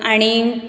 आणि